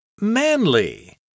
Manly